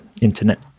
internet